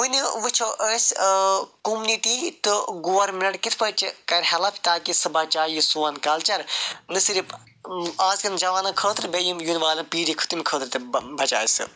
وُنہِ وُچھو أسۍ کوٚمنِٹی تہٕ گورمِنٛٹ کِتھٕ پٲٹھۍ چھِ کرِ ہیلٕپ تاکہِ سُہ بچایہِ یہِ سون کلچر نہَ صِرِف اَزکٮ۪ن جوانن خٲطرٕ بیٚیہِ یِم یِنہٕ والٮ۪ن پیٖڈۍ تَمہِ خٲطرٕ تہِ بہ بچاے سۅ